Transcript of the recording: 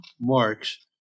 Marx